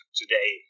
today